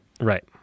Right